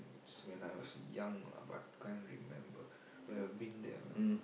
is when I was young lah but can't remember but I've been there lah